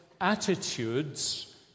attitudes